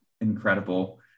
incredible